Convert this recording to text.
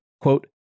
Quote